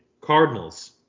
Cardinals